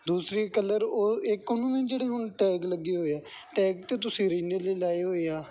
ਦੂਸਰੀ ਕਲਰ ਉਹ ਇਕ ਉਹਨੂੰ ਹੁਣ ਟੈਗ ਲੱਗੇ ਹੋਏ ਆ ਟੈਗ 'ਤੇ ਤੁਸੀਂ ਅਰਿਜਨਲ ਲਗਾਏ ਹੋਏ ਆ